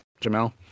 Jamal